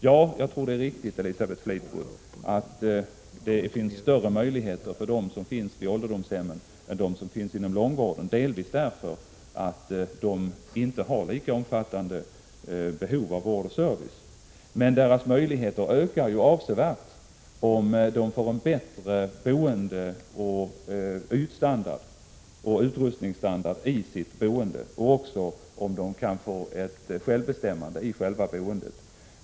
Ja, Elisabeth Fleetwood, jag tror att det är riktigt att det finns större möjligheter härvidlag för dem som bor på ålderdomshem än för dem som finns inom långvården, delvis därför att de som bor på ålderdomshem inte har lika omfattande behov av vård och service. Deras möjligheter ökar dock avsevärt om de får en bättre boende-, ytoch utrustningsstandard och om de kan få ett självbestämmande när det gäller boendet.